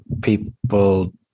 people